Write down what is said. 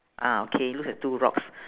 ah okay looks like two rocks